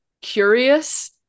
curious